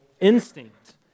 instinct